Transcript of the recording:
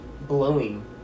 blowing